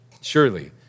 Surely